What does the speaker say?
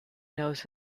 nose